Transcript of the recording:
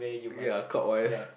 ya clockwise